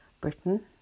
Britain